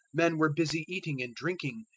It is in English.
men were busy eating and drinking,